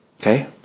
Okay